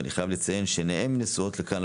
ואני חייב לציין שעיניהם נשואות לכאן,